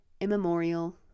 immemorial